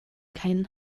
keinen